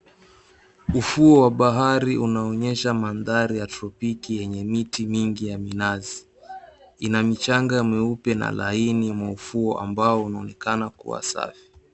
Ufuo wa bahari unaonyesha mandhari ya tropiki yenye miti mingi ya minazi. Ina michanga mieupe na laini mwa ufuo ambao unaonekana kuwa safi.